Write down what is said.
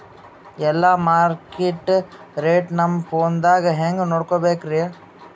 ಎಲ್ಲಾ market rate ನಮ್ ಫೋನದಾಗ ಹೆಂಗ ನೋಡಕೋಬೇಕ್ರಿ?